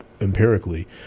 empirically